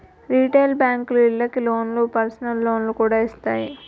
retail బేంకులు ఇళ్ళకి లోన్లు, పర్సనల్ లోన్లు కూడా ఇత్తాయి